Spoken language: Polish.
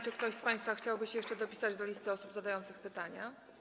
Czy ktoś z państwa chciałby się jeszcze dopisać do listy osób zadających pytania?